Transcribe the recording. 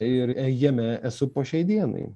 ir jame esu po šiai dienai